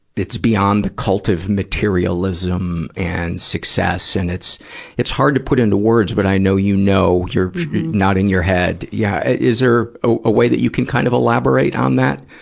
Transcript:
it's beyond the culture of materialism and success. and it's it's hard to put into words but i know you know, you're not in your head yeah is there ah a way that you can kind of elaborate on that,